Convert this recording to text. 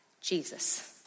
Jesus